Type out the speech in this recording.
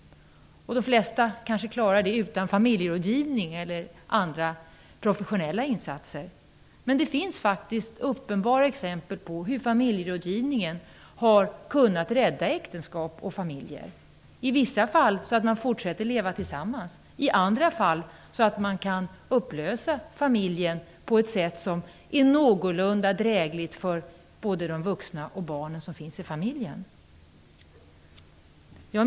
De flesta kanske klarar det utan familjerådgivning eller andra professionella insatser. Men det finns faktiskt uppenbara exempel på hur familjerådgivningen har kunnat rädda äktenskap och familjer. I vissa fall har det skett på så sätt att familjen fortsätter att leva tillsammans, i andra fall genom att familjen upplöses på ett sätt som är någorlunda drägligt både för de vuxna och för de barn som finns i familjen.